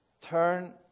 turn